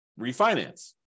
refinance